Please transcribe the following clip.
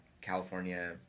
California